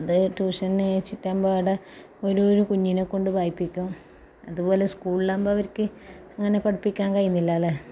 അത് ട്യൂഷന് അയച്ചിട്ടാകുമ്പോൾ അവിടെ ഓരോ ഓരോ കുഞ്ഞിനെക്കൊണ്ട് വായിപ്പിക്കും അതുപോലെ സ്കൂളിലാകുമ്പോൾ അവർക്ക് അങ്ങനെ പഠിപ്പിക്കാൻ കഴിയുന്നില്ലല്ലോ